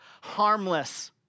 harmless